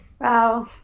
Wow